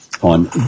on